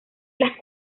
las